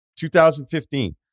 2015